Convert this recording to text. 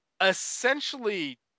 Essentially